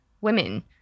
women